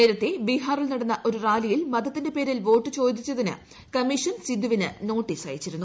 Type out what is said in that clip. നേരത്തേ ്ഷ്ട്രീഹാറിൽ നടന്ന ഒരു റാലിയിൽ മതത്തിന്റെ പേരിൽ വോട്ടു മ്യോദ്ദിച്ചതിന് കമ്മീഷൻ സിദ്ദുവിന് നോട്ടീസ് അയച്ചിരുന്നു